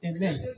Amen